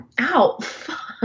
Ow